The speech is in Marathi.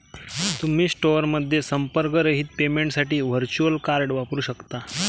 तुम्ही स्टोअरमध्ये संपर्करहित पेमेंटसाठी व्हर्च्युअल कार्ड वापरू शकता